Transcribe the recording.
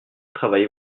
travail